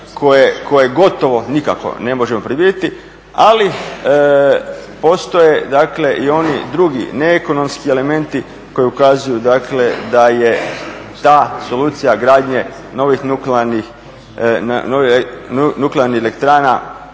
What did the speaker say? koje gotovo nikako ne možemo predvidjeti, ali postoje dakle i oni drugi ne ekonomski elementi koji ukazuju dakle da je ta solucija gradnje novih nuklearnih elektrana